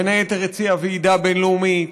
בין היתר הוא הציע ועידה בין-לאומית,